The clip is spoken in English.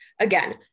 Again